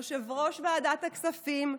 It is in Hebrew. יושב-ראש ועדת הכספים,